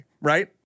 Right